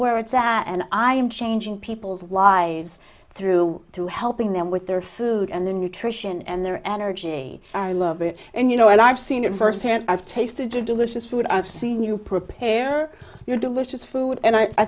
where it's at and i am changing people's lives through to helping them with their food and their nutrition and their energy our love it and you know i've seen it firsthand i've tasted it delicious food i've seen you prepare your delicious food and i